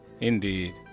indeed